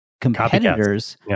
competitors